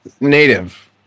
native